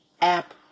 app